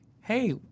Hey